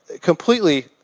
Completely